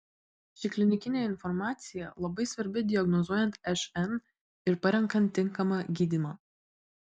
ši klinikinė informacija labai svarbi diagnozuojant šn ir parenkant tinkamą gydymą